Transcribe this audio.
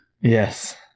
Yes